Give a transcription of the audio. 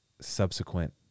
subsequent